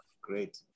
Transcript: great